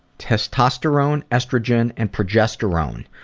testosterone, estrogen, and progesterone.